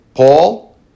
Paul